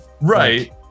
right